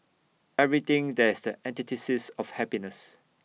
everything that is the antithesis of happiness